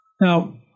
Now